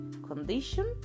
condition